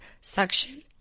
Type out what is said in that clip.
suction